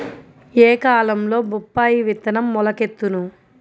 ఏ కాలంలో బొప్పాయి విత్తనం మొలకెత్తును?